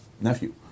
nephew